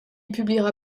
publiera